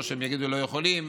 או שהם יגידו: לא יכולים.